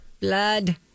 blood